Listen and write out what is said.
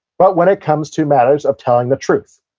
but when it comes to matters of telling the truth.